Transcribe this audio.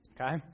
Okay